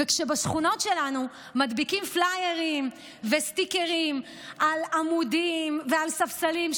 וכשבשכונות שלנו מדביקים פלאיירים וסטיקרים על עמודים ועל ספסלים,